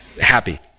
happy